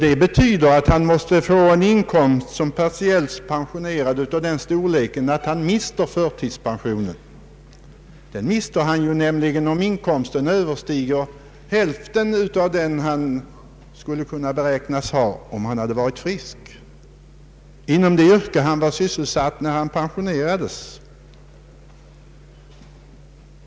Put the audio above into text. Det betyder att den partiellt pensionerade för att få sådana poäng måste ha en inkomst så stor att han mister förtidspensionen. Den mister han nämligen om inkomsten överstiger hälften av den han beräknats ha om han varit frisk och arbetat inom det yrke där han var sysselsatt när han pensionerades.